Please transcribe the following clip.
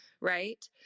right